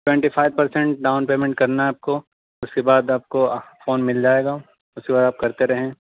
twenty five percent down payment کرنا ہے آپ کو اس کے بعد آپ کو فون مل جائے گا اس کے بعد آپ کرتے رہیں